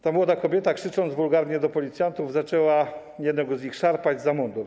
Ta młoda kobieta, krzycząc wulgarnie do policjantów, zaczęła jednego z nich szarpać za mundur.